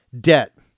Debt